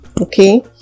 okay